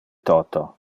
toto